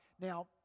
Now